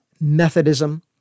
Methodism